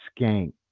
skank